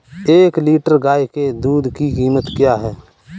एक लीटर गाय के दूध की कीमत क्या है?